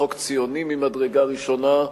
בחוק ציוני ממדרגה ראשונה,